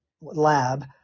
lab –